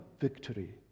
victory